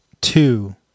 two